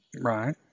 Right